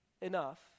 enough